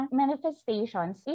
manifestations